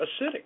acidic